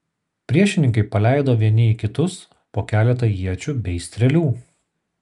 priešininkai paleido vieni į kitus po keletą iečių bei strėlių